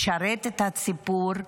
משרת את הציבור,